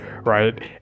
Right